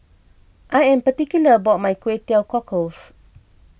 I am particular about my Kway Teow Cockles